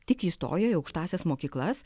tik įstojo į aukštąsias mokyklas